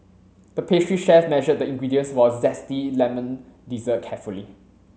the pastry chef measured the ingredients for a zesty lemon dessert carefully